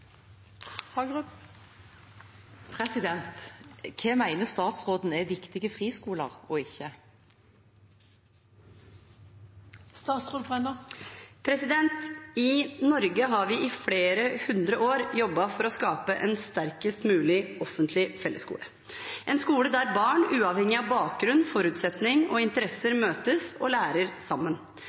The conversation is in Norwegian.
statsråden er viktige friskoler og ikke?» I Norge har vi i flere hundre år jobbet for å skape en sterkest mulig offentlig fellesskole – en skole der barn, uavhengig av bakgrunn, forutsetninger og interesser, møtes og lærer sammen.